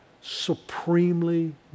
supremely